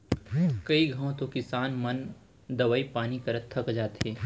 कई घंव तो किसान मन दवई पानी करत थक जाथें